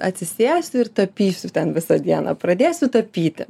atsisėsiu ir tapysiu ten visą dieną pradėsiu tapyti